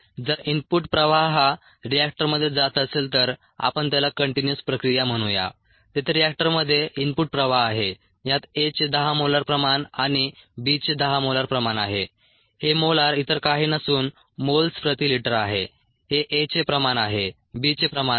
जर इनपुट प्रवाह हा रिएक्टरमध्ये जात असेल तर आपण त्याला कंटीन्यूअस प्रक्रिया म्हणुया तेथे रिएक्टरमध्ये इनपुट प्रवाह आहे यात A चे 10 मोलार प्रमाण आणि B चे 10 मोलार प्रमाण आहे हे मोलार इतर काही नसून मोल्स प्रति लिटर आहे हे A चे प्रमाण आहे B चे प्रमाण आहे